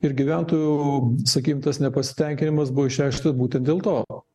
ir gyventojų sakykim tas nepasitenkinimas buvo išreikštas būtent dėl to